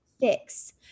fix